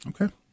Okay